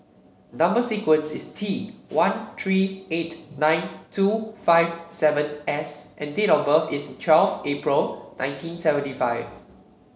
number sequence is T one three eight nine two five seven S and date of birth is twelfth April nineteen seventy five